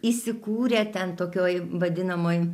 įsikūrę ten tokioj vadinamoj